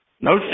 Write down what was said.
no